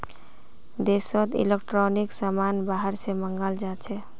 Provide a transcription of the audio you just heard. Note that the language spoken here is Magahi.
देशोत इलेक्ट्रॉनिक समान बाहर से मँगाल जाछे